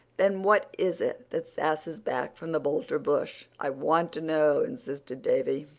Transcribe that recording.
then what is it that sasses back from the boulter bush? i want to know, insisted davy.